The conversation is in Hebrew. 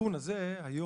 התיקון הזה היום,